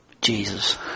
Jesus